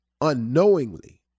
unknowingly